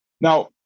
Now